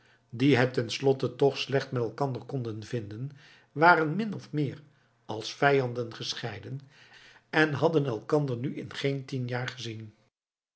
die het ten slotte toch slecht met elkander konden vinden waren min of meer als vijanden gescheiden en hadden elkander nu in geen tien jaar gezien